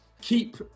keep